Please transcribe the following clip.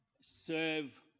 serve